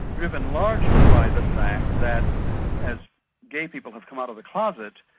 driven largely by the fact that as gay people have come out of the closet,